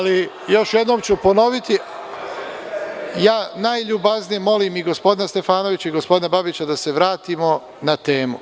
Još jednom ću ponoviti, ja najljubaznije molim i gospodina Stefanovića i gospodina Babića da se vratimo na temu.